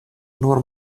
nur